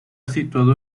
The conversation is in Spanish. situado